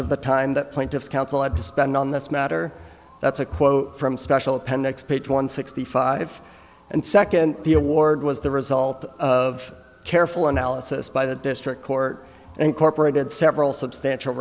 of the time that plaintiffs council had to spend on this matter that's a quote from special appendix page one sixty five and second the award was the result of careful analysis by the district court and incorporated several substantial